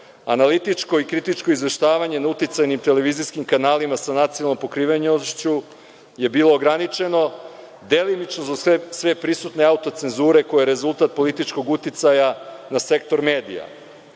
Analitičko i kritičko izveštavanje na uticajnim televizijskim kanalima sa nacionalnom pokrivenošću je bilo ograničeno, delimično za sve prisutne autocenzure, koja je rezultat političkog uticaja na sektor medija.